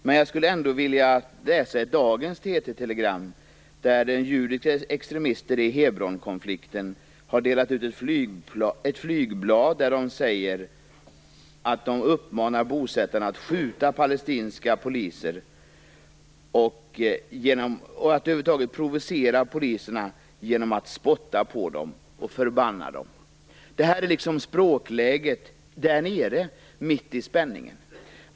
Men jag vill ändå återge ett av dagens TT telegram där det står att den judiske extremisten i Hebronkonflikten har delat ut ett flygblad som uppmanar bosättarna att skjuta palestinska poliser och att över huvud taget provocera dem genom att spotta på dem och förbanna dem. Detta är språkläget där nere, mitt i spänningen.